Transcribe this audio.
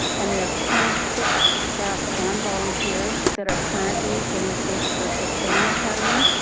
and we have twenty six staff and volunteers that are currently in the state's virtual training academy,